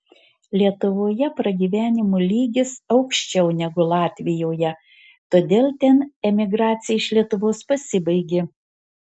lietuvoje pragyvenimo lygis aukščiau negu latvijoje todėl ten emigracija iš lietuvos pasibaigė